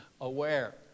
aware